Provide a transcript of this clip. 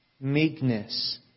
Meekness